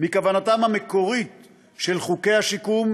מכוונתם המקורית של חוקי השיקום,